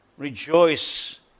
rejoice